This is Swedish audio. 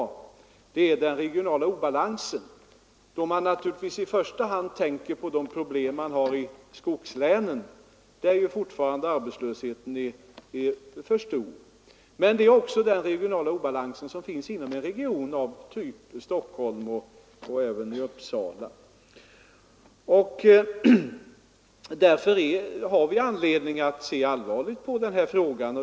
Det ena problemet är den regionala obalansen, där man naturligtvis i första hand tänker på skogslänen. Arbetslösheten i skogslänen är fortfarande alltför stor, men det finns också en regional obalans inom regioner av typ Stockholm och Uppsala. Därför har vi anledning att se allvarligt på denna fråga.